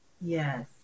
Yes